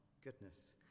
goodness